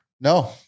No